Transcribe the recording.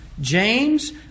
James